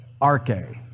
arche